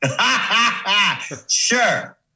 Sure